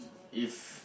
if